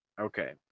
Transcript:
Okay